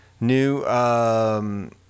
new